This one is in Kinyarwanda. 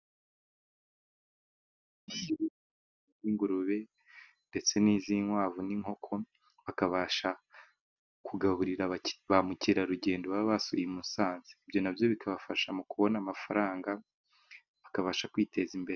Ingurube ndetse niz'inkwavu n'inkoko bakabasha kugaburira ba mukerarugendo baba basuye i Musanze, ibyo nabyo bikabafasha mu kubona amafaranga bakabasha kwiteza imbere.